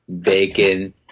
bacon